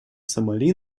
сомали